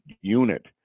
unit